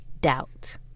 doubt